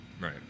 Right